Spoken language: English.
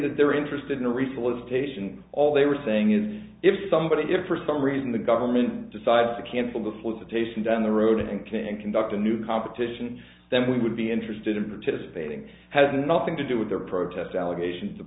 that they're interested in a refill of station all they were saying is if somebody to for some reason the government decides to cancel the solicitation down the road and can conduct a new competition then we would be interested in participating has nothing to do with their protest allegations